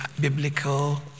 biblical